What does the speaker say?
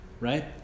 Right